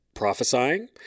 prophesying